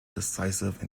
decisive